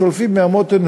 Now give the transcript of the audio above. שולפים מהמותן,